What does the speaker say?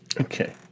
Okay